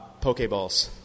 pokeballs